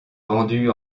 vendues